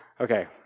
Okay